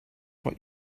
what